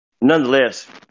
nonetheless